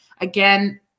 again